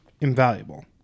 invaluable